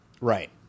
Right